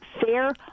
fair